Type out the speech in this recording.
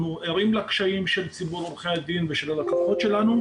אנחנו ערים לקשיים של ציבור עורכי הדין והלקוחות שלנו,